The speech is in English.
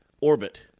Orbit